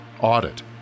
audit